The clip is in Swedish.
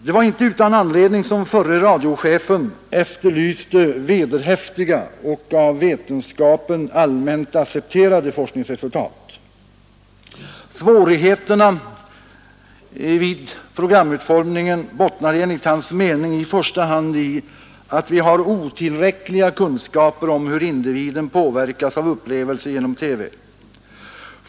Det var inte utan anledning som förre radiochefen efterlyste ”vederhäftiga och av vetenskapen allmänt accepterade forskningsresultat”. Svårigheterna vid programutformningen bottnade enligt hans mening i första hand i att vi har otillräckliga kunskaper om hur individen påverkas av upplevelser genom TV.